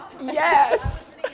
Yes